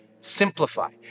simplify